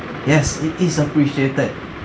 yes it is appreciated